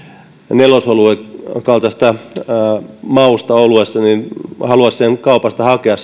nelosoluen kaltaisesta mausta oluessa ja haluaisivat sen oluen kaupasta hakea